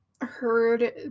heard